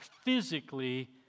physically